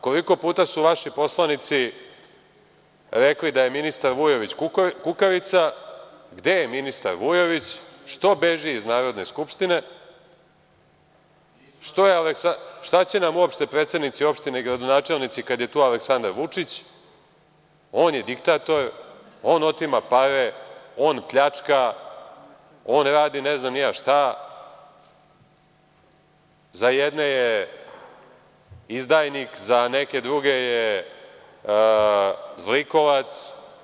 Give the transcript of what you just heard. Koliko puta su vaši poslanici rekli da je ministar Vujović kukavica, gde je ministar Vujović, što beži iz Narodne skupštine, šta će nam uopšte predsednici opština i gradonačelnici kada je tu Aleksandar Vučić, on je diktator, on otima pare, on pljačka, on radi ne znam ni ja šta, za jedne je izdajnik, za neke druge je zlikovac.